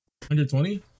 120